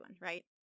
Right